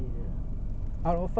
semua ada